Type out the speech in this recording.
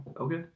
Okay